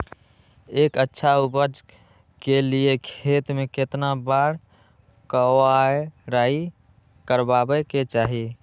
एक अच्छा उपज के लिए खेत के केतना बार कओराई करबआबे के चाहि?